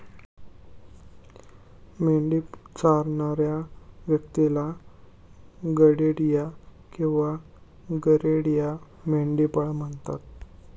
मेंढी चरणाऱ्या व्यक्तीला गडेडिया किंवा गरेडिया, मेंढपाळ म्हणतात